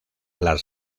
las